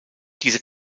diese